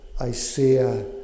Isaiah